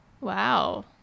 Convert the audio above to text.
Wow